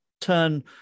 turn